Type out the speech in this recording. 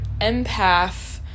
empath